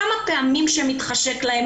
כמה פעמים שמתחשק להם,